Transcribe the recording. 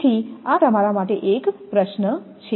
તેથી આ તમારા માટે એક પ્રશ્ન છે